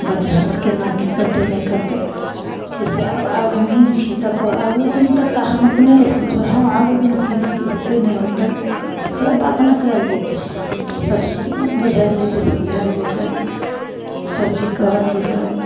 बच्चा हम्मर केन्ना की करतै नहि करतै जैसे आब आब हमही छी तऽ आगू दिन तक हम अपने लए सोचबै हँ आगू दिन केना की होतै नहि होतै सब बात ने कयल जेतै तब बुझायल जेतै समझायल जेतै सब चीज कहल जेतै